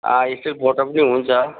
अँ still photo पनि हुन्छ